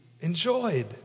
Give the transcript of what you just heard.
enjoyed